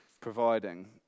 providing